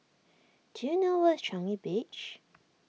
do you know where is Changi Beach